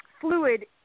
fluid